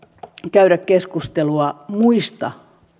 käydä keskustelua muista